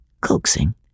Coaxing